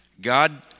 God